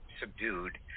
subdued